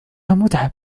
متعب